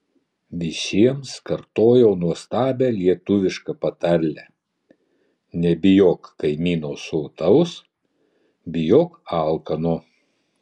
visiems kartojau nuostabią lietuvišką patarlę nebijok kaimyno sotaus bijok alkano